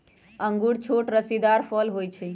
इंगूर छोट रसीदार फल होइ छइ